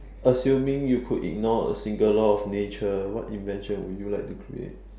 assuming you could ignore a single law of nature what invention would you like to create